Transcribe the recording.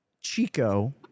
Chico